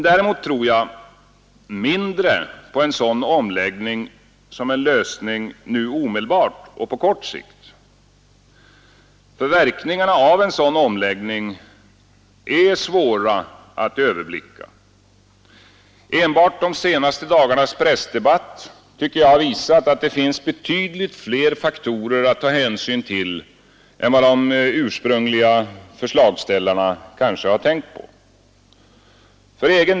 Däremot tror jag mindre på en omläggning såsom en lösning nu omedelbart och på kort sikt, för verkningarna av en sådan omläggning är svåra att överblicka. Enbart de senaste dagarnas pressdebatt tycker jag har visat att det finns betydligt fler faktorer att ta hänsyn till än vad de ursprungliga förslagsställarna kanske har tänkt på.